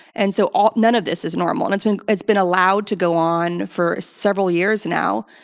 and so ah none of this is normal. and it's been it's been allowed to go on for several years now.